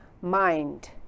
Mind